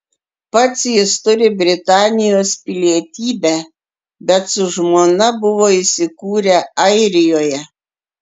pats jis turi britanijos pilietybę bet su žmona buvo įsikūrę airijoje